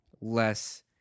less